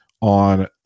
on